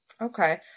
Okay